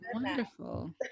wonderful